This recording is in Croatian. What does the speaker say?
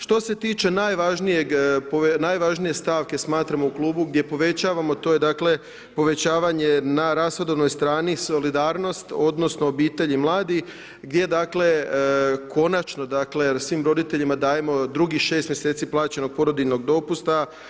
Što se tiče najvažnije stavke, smatramo u klubu, gdje povećavamo, to je dakle, povećavanje na rashodovnoj strani solidarnost, odnosno, obitelji mladi, gdje dakle, konačno dakle jer svim roditeljima dajemo drugih 6 mjeseci plaćeno porodiljnog dopusta.